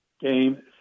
game